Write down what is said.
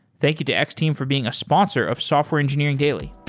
thank you to x-team for being a sponsor of software engineering daily